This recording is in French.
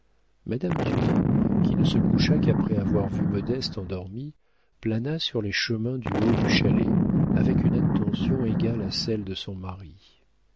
madame dumay qui ne se coucha qu'après avoir vu modeste endormie plana sur les chemins du haut du chalet avec une attention égale à celle de son mari